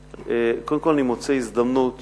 קודם כול אני מוצא הזדמנות